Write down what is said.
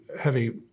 heavy